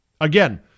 Again